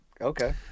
Okay